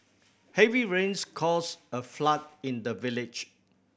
heavy rains caused a flood in the village